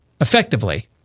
effectively